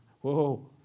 whoa